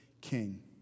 king